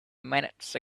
minutes